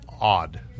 odd